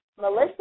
Melissa